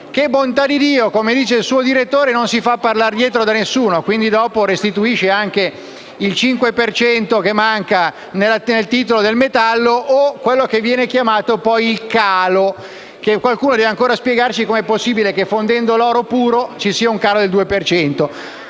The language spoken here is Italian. - bontà di Dio - come dice il suo direttore, non si fa parlare dietro da nessuno, quindi dopo restituisce anche il cinque per cento che manca nel titolo del metallo o quello che viene chiamato il calo (che poi, qualcuno dovrebbe spiegarci come è possibile che fondendo l'oro puro ci sia un calo del due